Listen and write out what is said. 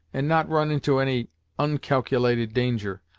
and not run into any oncalculated danger,